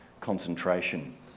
concentration